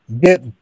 get